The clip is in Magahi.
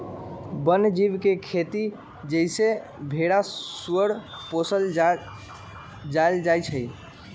वन जीव के खेती जइसे भेरा सूगर पोशल जायल जाइ छइ